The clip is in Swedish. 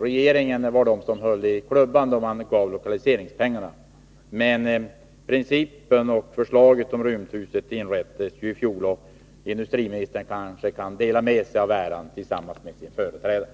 Regeringen höll visserligen i klubban då lokaliseringsstödet beviljades, men principen och förslaget om rymdhuset är ju från i fjol — och industriministern kan kanske dela med sig av äran till sin företrädare.